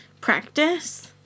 practice